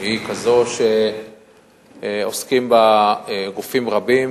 היא כזאת שעוסקים בה גופים רבים,